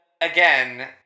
again